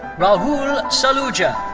rahul saluja.